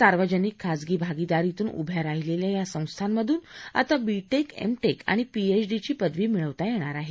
सार्वजनिक खाजगी भागीदारीतून उभ्या राहिलेल्या या संस्थांमधून आता बी क्रे एम क्रे आणि पीएचडी ची पदवी मिळवता येणार आहे